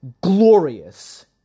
glorious